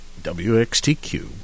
WXTQ